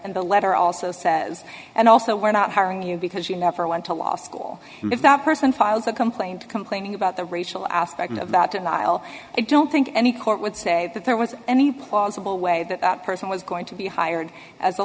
and the letter also says and also we're not hiring you because you never went to law school and if that person files a complaint complaining about the racial aspect of that denial i don't think any court would say that there was any possible way that that person was going to be hired as a